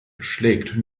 schlägt